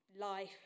life